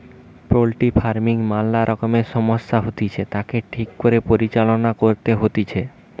poultry farming ম্যালা রকমের সমস্যা হতিছে, তাকে ঠিক করে পরিচালনা করতে হইতিছে